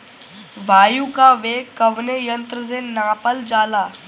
वायु क वेग कवने यंत्र से नापल जाला?